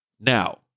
Now